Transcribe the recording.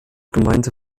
gemeinte